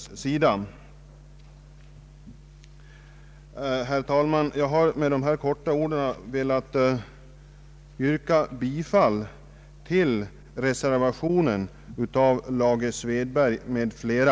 Herr talman! Jag ber att med det anförda få yrka bifall till reservationen av herr Lage Svedberg m.fl.